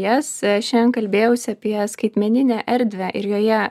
jas šiandien kalbėjausi apie skaitmeninę erdvę ir joje